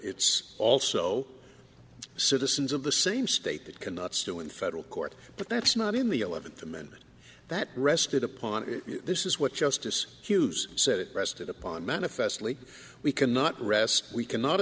it's also citizens of the same state that cannot sue in federal court but that's not in the eleventh amendment that rested upon it this is what justice hughes said it rested upon manifestly we cannot rest we cannot